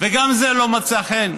וגם זה לא מצא חן.